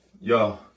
yo